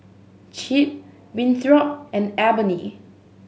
Chip Winthrop and Ebony